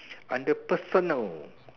under personal